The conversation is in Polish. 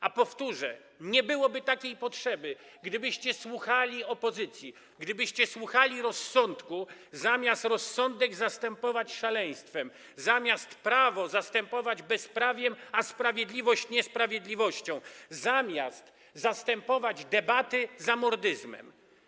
A powtórzę: nie byłoby takiej potrzeby, gdybyście słuchali opozycji, gdybyście słuchali rozsądku zamiast rozsądek zastępować szaleństwem, zamiast prawo zastępować bezprawiem, a sprawiedliwość niesprawiedliwością, zamiast zastępować debaty zamordyzmem.